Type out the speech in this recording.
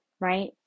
right